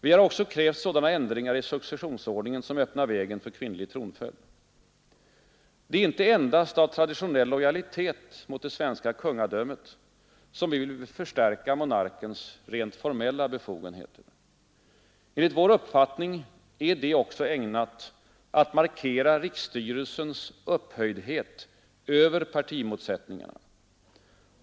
Vi har också krävt sådana ändringar i successionsordningen, som öppnar vägen för kvinnlig tronföljd. Det är inte endast av traditionell lojalitet mot det svenska kungadömet som vi vill förstärka monarkens rent fomella befogenheter. Enligt vår uppfattning är detta också ägnat att markera riksstyrelsens upphöjdhet över partimotsättningarna.